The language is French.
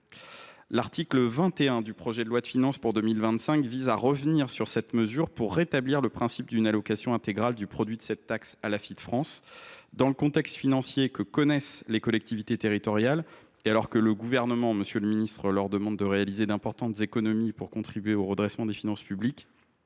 L’article 21 du projet de loi de finances pour 2025 vise à revenir sur cette mesure pour rétablir le principe d’une allocation intégrale du produit de cette taxe à l’Afit France. Dans le contexte financier que connaissent les collectivités territoriales, et alors que le Gouvernement leur demande de réaliser d’importantes économies pour contribuer au redressement des finances publiques,